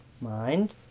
mind